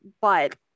But-